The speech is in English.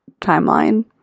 timeline